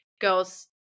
goes